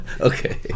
Okay